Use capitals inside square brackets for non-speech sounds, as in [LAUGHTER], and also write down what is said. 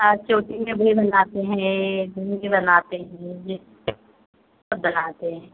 आज से [UNINTELLIGIBLE] भी बनाते हैं लहँगे बनाते हैं सब बनाते हैं